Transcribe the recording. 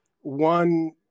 one